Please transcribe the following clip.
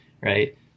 right